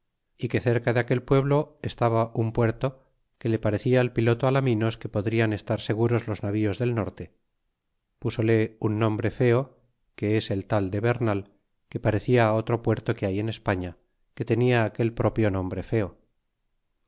y que cerca de aquel pueblo estaba un puerto que le parecia al piloto alaminos que podrian estar seguros los navíos del norte pósele un nombre feo que es el tal de bernal que parecia otro puerto que hay en españa que tenia aquel propio nombre feo